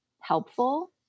helpful